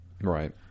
Right